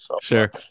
Sure